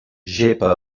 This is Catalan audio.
gepa